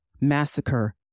massacre